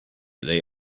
they